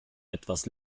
etwas